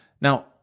Now